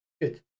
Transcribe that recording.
good